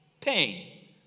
pain